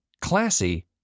classy